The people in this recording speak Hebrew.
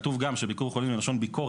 כתוב גם שביקור חולים זה מלשון ביקורת.